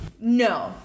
No